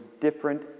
different